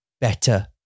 better